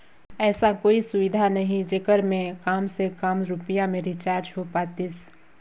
ऐसा कोई सुविधा नहीं जेकर मे काम से काम रुपिया मे रिचार्ज हो पातीस?